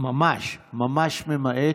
ממש ממש ממעט,